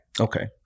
Okay